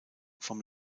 vom